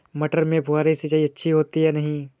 मटर में फुहरी सिंचाई अच्छी होती है या नहीं?